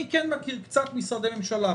אני כן מכיר קצת משרדי ממשלה,